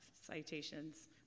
citations